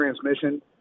transmission